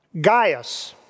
Gaius